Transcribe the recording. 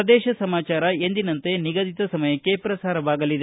ಪ್ರದೇಶ ಸಮಾಚಾರ ಎಂದಿನಂತೆ ನಿಗದಿತ ಸಮಯಕ್ಕೆ ಪ್ರಸಾರವಾಗಲಿದೆ